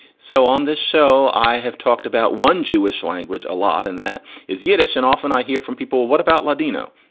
so on this show, i have talked about one jewish language a lot, and that is yiddish. and often i hear from people. what about ladino?